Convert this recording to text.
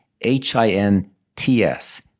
H-I-N-T-S